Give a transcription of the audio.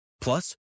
Plus